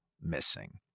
missing